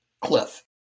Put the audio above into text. Cliff